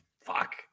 fuck